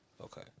Okay